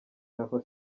naho